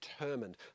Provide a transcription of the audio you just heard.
determined